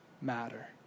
matter